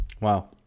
Wow